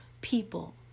people